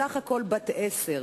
בסך הכול בת עשר,